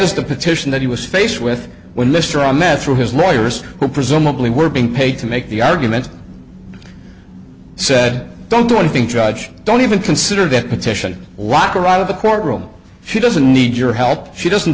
as the petition that he was faced with when mr ahmed threw his lawyers who presumably were being paid to make the argument said don't do anything judge don't even consider that petition locker out of the courtroom she doesn't need your help she doesn't